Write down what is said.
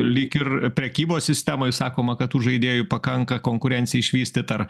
lyg ir prekybos sistemoj sakoma kad tų žaidėjų pakanka konkurencijai išvystyt ar